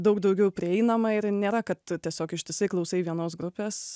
daug daugiau prieinama ir nėra kad tiesiog ištisai klausai vienos grupės